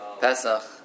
Pesach